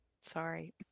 sorry